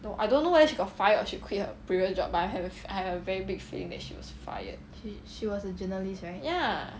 no I don't know whether she got fired or she quit her previous job but I have a I have a very big feeling that she was fired ya